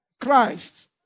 Christ